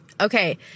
Okay